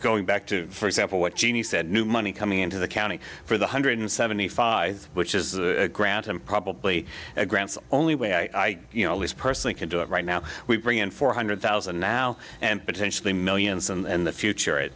going back to for example what jeanie said new money coming into the county for the hundred seventy five which is a grant and probably a grants only way i you know this person can do it right now we bring in four hundred thousand now and potentially millions and the future it